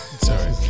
Sorry